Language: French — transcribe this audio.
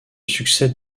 succès